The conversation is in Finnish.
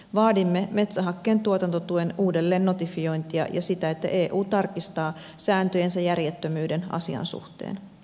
vaadimme metsähakkeen tuotantotuen uudelleennotifiointia ja sitä että eu tarkistaa sääntöjensä järjettömyyden asian suhteen